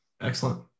Excellent